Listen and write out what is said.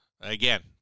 Again